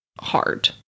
hard